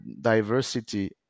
diversity